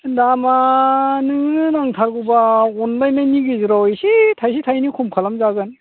दामा नोङो नांथारगौबा अनलायनायनि गेजेराव एसे थाइसे थाइनै खम खालाम जागोन